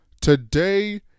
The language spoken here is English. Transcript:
today